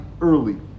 early